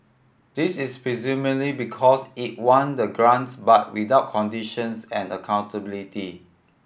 this is presumably because it want the grants but without conditions and accountability